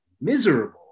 miserable